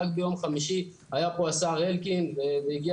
רק ביום חמישי היה פה השר אלקין והגיע